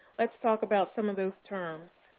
let's talk about some of those terms.